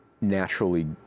naturally